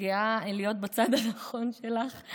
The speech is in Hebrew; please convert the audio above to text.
גאה להיות בצד הנכון שלך.